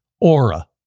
Aura